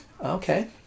Okay